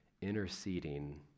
interceding